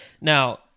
Now